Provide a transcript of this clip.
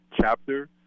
chapter